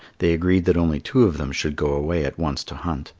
they agreed that only two of them should go away at once to hunt,